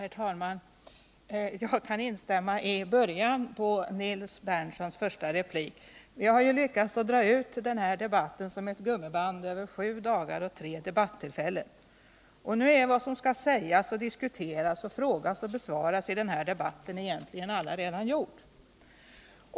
Herr talman! Jag kan instämma i början av Nils Berndtsons första replik. Vi har lyckats dra ut denna debatt som ett gummiband över sju dagar och tre debattillfällen. Nu är vad som skall sägas, diskuteras, frågas och besvaras i denna debatt egentligen allaredan gjort.